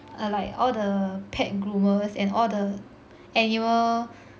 err like all the pet groomers and all the animal